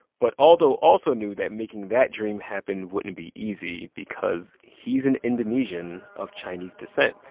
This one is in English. but alldo also knew that making that dream happen wouldn't be easy because he's an indonesian of chinese descent.